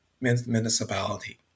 municipality